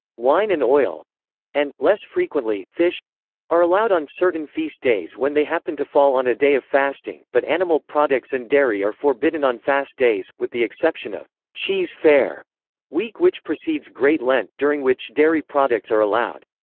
wine and oil and, less frequently, fish are allowed on certain feast days when they happen to fall on a day of fasting but animal products and dairy are forbidden on fast days, with the exception of cheese fare week which precedes great lent, during which dairy products are allowed.